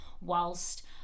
whilst